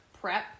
prep